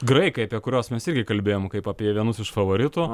graikai apie kuriuos mes irgi kalbėjom kaip apie vienus iš favoritų